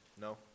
No